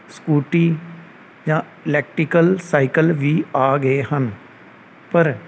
scooty ਜਾਂ electrical cycle ਵੀ ਆ ਗਏ ਹਨ ਪਰ